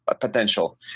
potential